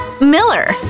miller